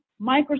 microsoft